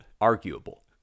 Arguable